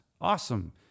Awesome